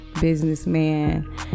businessman